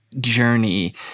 journey